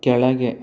ಕೆಳಗೆ